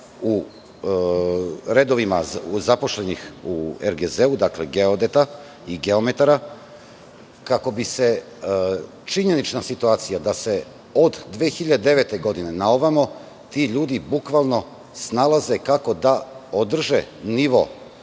geodetskom zavodu, dakle, geodeta i geometara, kako bi se činjenična situacija da se od 2009. godine na ovamo ti ljudi bukvalno snalaze kako da održe nivo